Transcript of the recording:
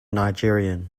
nigerian